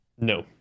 No